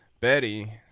Betty